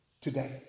today